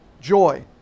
joy